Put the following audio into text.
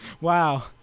Wow